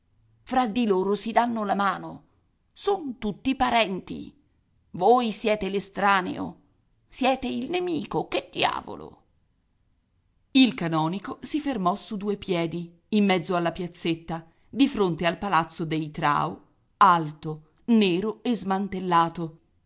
fra di loro si danno la mano son tutti parenti voi siete l'estraneo siete il nemico che diavolo il canonico si fermò su due piedi in mezzo alla piazzetta di fronte al palazzo dei trao alto nero e smantellato